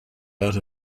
out